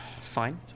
fine